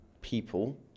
people